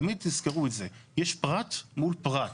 תמיד תזכרו את זה, יש פרט מול פרט.